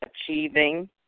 achieving